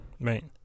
Right